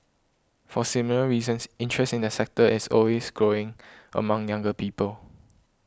for similar reasons interest in the sector is always growing among younger people